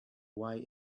way